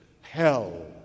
hell